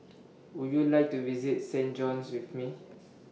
Would YOU like to visit Saint John's with Me